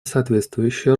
соответствующая